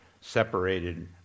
separated